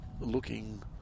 looking